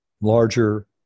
larger